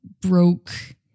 broke